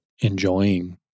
enjoying